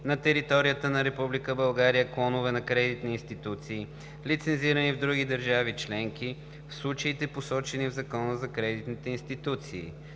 на територията на Република България клонове на кредитни институции, лицензирани в други държави членки в случаите, посочени в Закона за кредитните институции;